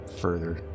further